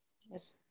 Yes